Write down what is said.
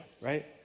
right